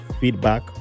feedback